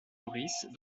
maurice